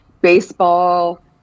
baseball